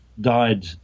died